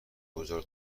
گذار